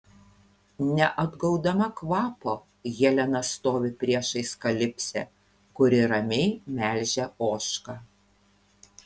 neatgaudama kvapo helena stovi priešais kalipsę kuri ramiai melžia ožką